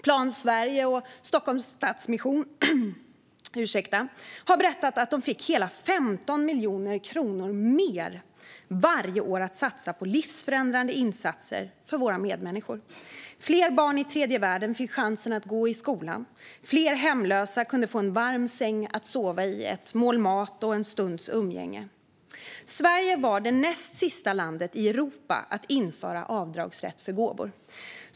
Plan Sverige och Stockholms Stadsmission har berättat att man fick hela 15 miljoner kronor mer varje år att satsa på livsförändrande insatser för våra medmänniskor. Fler barn i tredje världen fick chansen att gå i skolan. Fler hemlösa kunde få en varm säng att sova i, ett mål mat och en stunds umgänge. Sverige var det näst sista landet i Europa att införa avdragsrätt för gåvor.